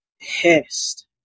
pissed